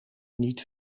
niet